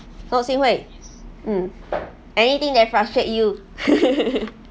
so xin hui mm anything that frustrate you